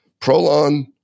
Prolon